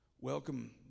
Welcome